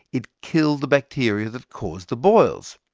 it killed the bacteria that caused the boils.